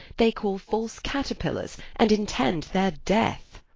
they call false catterpillers, and intend their death